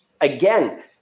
again